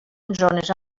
zones